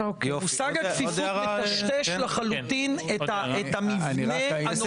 מושג הכפיפות מטשטש לחלוטין את המבנה הנוכחי.